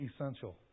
essential